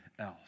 else